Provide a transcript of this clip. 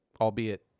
albeit